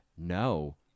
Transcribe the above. No